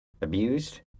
abused